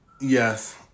Yes